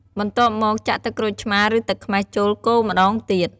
បន្ទាប់មក ចាក់ ទឹកក្រូចឆ្មារ ឬទឹកខ្មេះ ចូល កូរម្តងទៀត។